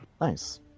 nice